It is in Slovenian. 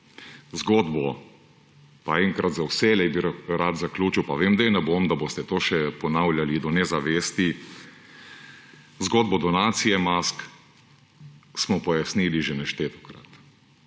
lažnivec. Enkrat za vselej bi rad zaključil, pa vem, da je ne bom, da boste to še ponavljali do nezavesti; zgodbo donacije mask smo pojasnili že neštetokrat.